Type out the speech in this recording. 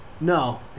No